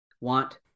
want